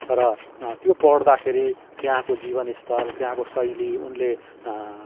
र त्यो पढ्दाखेरि त्यहाँको जीवन स्तर त्यहाँको शैली उनले